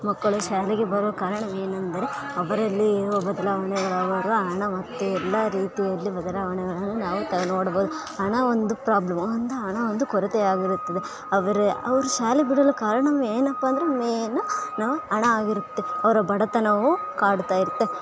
ಮಕ್ಕಳು ಶಾಲೆಗೆ ಬರೋ ಕಾರಣವೇನೆಂದರೆ ಒಬ್ಬರಲ್ಲಿ ಇರುವ ಬದಲಾವಣೆ ಅವರ ಹಣ ಮತ್ತು ಎಲ್ಲ ರೀತಿಯಲ್ಲಿ ಬದಲಾವಣೆಗಳನ್ನು ನಾವು ಕಾ ನೋಡ್ಬೋದು ಹಣ ಒಂದು ಪ್ರಾಬ್ಲಮ್ ಒಂದು ಹಣ ಒಂದು ಕೊರತೆ ಆಗಿರುತ್ತದೆ ಅವರು ಅವರು ಶಾಲೆ ಬಿಡಲು ಕಾರಣವೇನಪ್ಪಾ ಅಂದರೆ ಮೇಯ್ನ್ ನಾವು ಹಣ ಆಗಿರುತ್ತೆ ಅವರ ಬಡತನವು ಕಾಡ್ತಾ ಇರತ್ತೆ